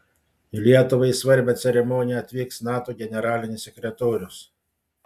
į lietuvai svarbią ceremoniją atvyks nato generalinis sekretorius